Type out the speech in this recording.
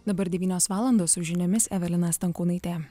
dabar devynios valandos su žiniomis evelina stankūnaitė